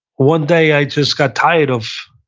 one day i just got tired of